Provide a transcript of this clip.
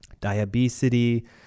diabetes